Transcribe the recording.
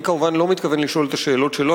אני כמובן לא מתכוון לשאול את השאלות שלו,